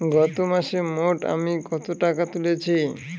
গত মাসে মোট আমি কত টাকা তুলেছি?